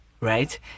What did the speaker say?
right